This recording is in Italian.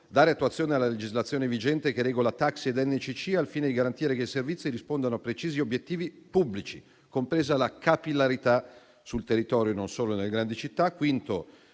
dare attuazione alla legislazione vigente che regola taxi e NCC al fine di garantire che i servizi rispondano a precisi obiettivi pubblici, compresa la capillarità sul territorio, non solo nelle grandi città.